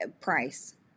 price